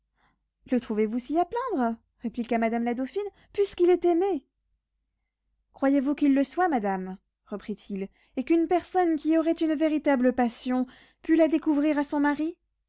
le trouvez-vous si à plaindre répliqua madame la dauphine puisqu'il est aimé croyez-vous qu'il le soit madame reprit-il et qu'une personne qui aurait une véritable passion pût la découvrir à son mari